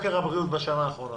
מה מדד יוקר הבריאות בשנה האחרונה?